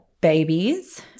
babies